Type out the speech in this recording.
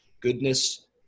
goodness